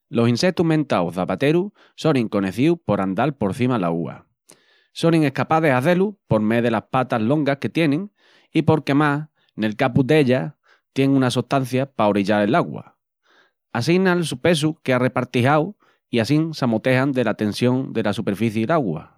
Los insetus mentaus çapaterus sonin conecíus por andal por cima l'augua. Sonin escapás de hazé-lu por mé delas patas longas que tienin i porque amás, nel cabu d'ellas tien una sustancia p'aorillal l'augua, assina'l su pesu quea repartijau i assín s'amotejan dela tensión la superficii l'augua.